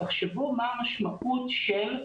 תחשבו מה המשמעות של.